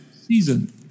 season